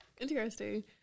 Interesting